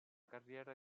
carriera